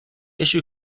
issue